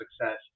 success